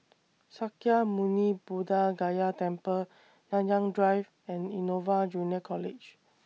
Sakya Muni Buddha Gaya Temple Nanyang Drive and Innova Junior College